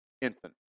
infant